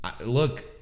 look